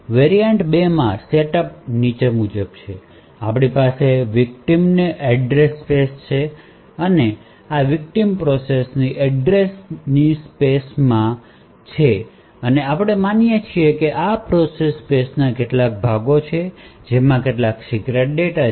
variant 2 માં setup નીચે મુજબ છે કે આપણી પાસે વિકટીમ ની એડ્રેસ સ્પેસ છે તેથી આ વિકટીમ પ્રોસેસ ની એડ્રેસ ની સ્પેસ માં છે અને આપણે માનીએ છીએ કે આ પ્રોસેસ સ્પેસ ના કેટલાક ભાગો છે કે જેમાં કેટલાક સીક્રેટ ડેટા છે